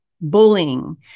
Bullying